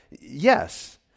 Yes